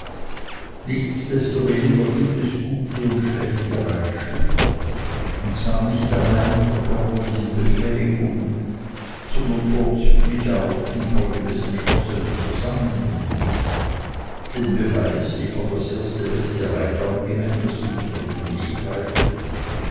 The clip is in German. nichtsdestoweniger gibt es gute und schlechte reitschüler und zwar nicht allein nach der körperlichen befähigung sondern vorzüglich auch infolge des entschlossenen zusammennehmens den beweis liefert das erste beste reiterregiment das uns über den weg reitet